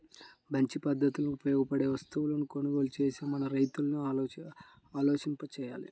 మంచి పద్ధతులకు ఉపయోగపడే వస్తువులను కొనుగోలు చేసేలా మన రైతుల్ని ఆలోచింపచెయ్యాలి